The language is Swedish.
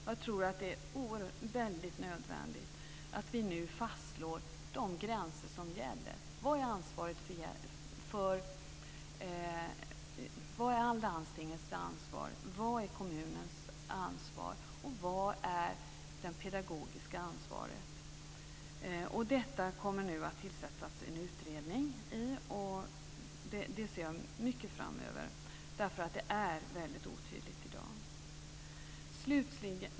Jag tror att det är nödvändigt att vi fastslår de gränser som gäller: Vad är landstingets ansvar, vad är kommunens ansvar och vad är det pedagogiska ansvaret? Detta kommer det att tillsättas en utredning om. Det ser jag mycket fram mot därför att det är väldigt otydligt i dag.